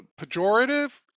pejorative